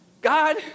God